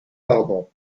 pardon